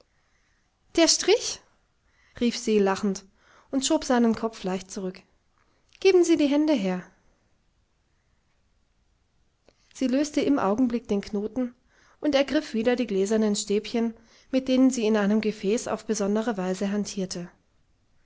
der strich rief se lachend und schob seinen kopf leicht zurück geben sie die hände her sie löste im augenblick den knoten und ergriff wieder die gläsernen stäbchen mit denen sie in einem gefäß auf besondere weise hantierte